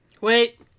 Wait